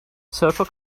social